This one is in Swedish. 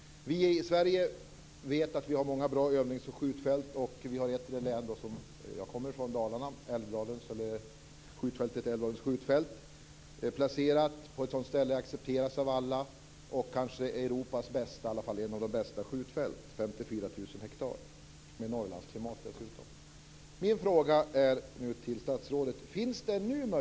Vi i Sverige vet att vi har många bra övnings och skjutfält. Vi har ett i det län som jag kommer från, Dalarna. Det är Älvdalens skjutfält. Det är placerat på en sådan plats att det accepteras av alla, och det är ett av de bästa skjutfälten i Europa, 54 000 hektar, med Norrlandsklimat dessutom.